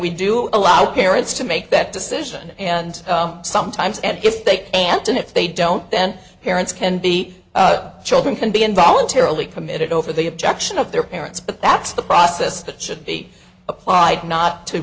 we do allow parents to make that decision and sometimes and if they can't and if they don't then parents can be children can be in voluntarily committed over the objection of their parents but that's the process that should be applied not to